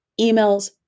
emails